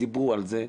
דיברו על זה,